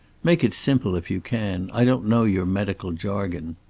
make it simple, if you can. i don't know your medical jargon.